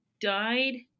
died